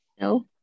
No